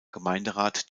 gemeinderat